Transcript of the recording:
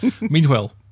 Meanwhile